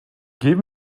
give